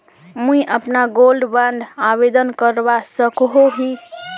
मुई अपना gold bond आवेदन करवा सकोहो ही?